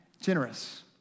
generous